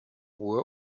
ruhe